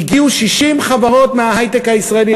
הגיעו 60 חברות מההיי-טק הישראלי,